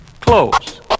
close